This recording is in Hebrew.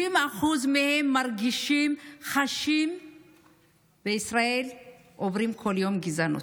90% חשים שהם עוברים בישראל כל יום גזענות,